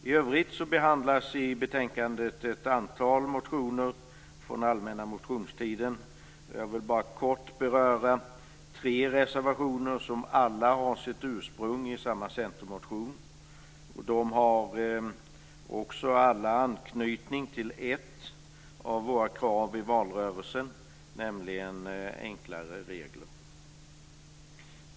I övrigt behandlas i betänkandet ett antal motioner från den allmänna motionstiden. Jag vill bara kort beröra tre reservationer som alla har sitt ursprung i samma centermotion. De har också alla anknytning till ett av våra krav i valrörelsen, nämligen enklare regler.